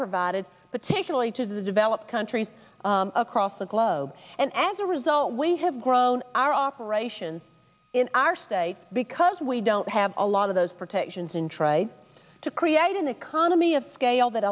provided particularly to the developed countries across the globe and as a result we have grown our operations in our state because we don't have a lot of those protections and try to create an economy of scale that